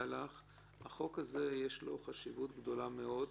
לחוק הזה יש חשיבות גדולה מאוד.